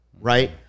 right